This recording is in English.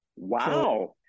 Wow